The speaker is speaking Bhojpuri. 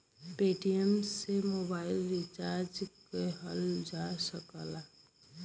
पेटीएम से मोबाइल रिचार्ज किहल जा सकला